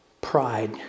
pride